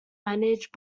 managed